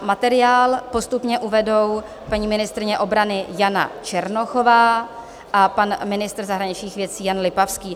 Materiál postupně uvedou paní ministryně obrany Jana Černochová a pan ministr zahraničních věcí Jan Lipavský.